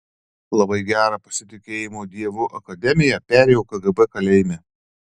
labai gerą pasitikėjimo dievu akademiją perėjau kgb kalėjime